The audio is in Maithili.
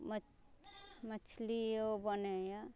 म मछलियो बनैया